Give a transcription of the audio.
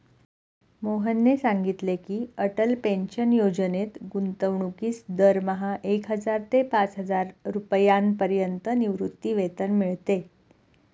मोहनने सांगितले की, अटल पेन्शन योजनेत गुंतवणूकीस दरमहा एक हजार ते पाचहजार रुपयांपर्यंत निवृत्तीवेतन मिळते